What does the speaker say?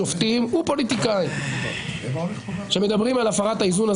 שופטים ופוליטיקאים שמדברים על הפרת האיזון,